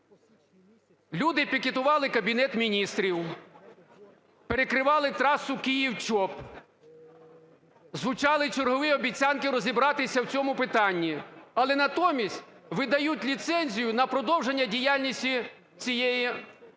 Люди пікетували Кабінет Міністрів, перекривали трасу Київ – Чоп, звучали чергові обіцянки розібратися в цьому питанні, але натомість видають ліцензію на продовження діяльності цієї фабрики.